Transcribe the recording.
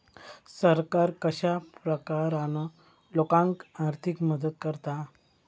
सरकार कश्या प्रकारान लोकांक आर्थिक मदत करता?